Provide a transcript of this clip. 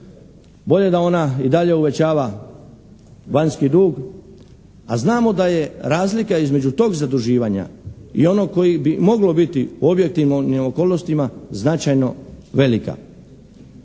bolje da ona i dalje uvećava vanjski dug, a znamo da je razlika između tog zaduživanja i onog koji bi moglo biti objektivno okolnostima značajno velika